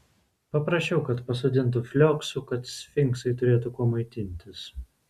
paprašiau kad pasodintų flioksų kad sfinksai turėtų kuo maitintis